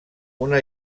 una